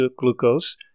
glucose